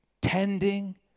Tending